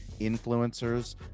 influencers